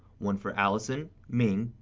one for alison, ming,